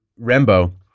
Rembo